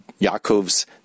Yaakov's